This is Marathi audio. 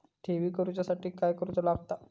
ठेवी करूच्या साठी काय करूचा लागता?